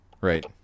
Right